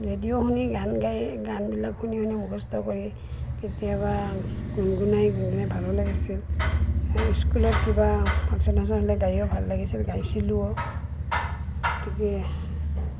radio শুনি গান গায় গানবিলাক শুনি শুনি মুখস্থ কৰি কেতিয়াবা গুনগুনাই গুনগুনাই ভালো লাগিছিল স্কুলত কিবা ফাংচন চাংচন হ'লে গাইও ভাল লাগিছিল গাইছিলোও গতিকে